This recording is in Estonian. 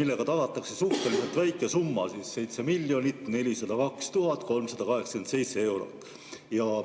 millega tagatakse suhteliselt väike summa, 7 402 387 eurot.